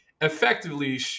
effectively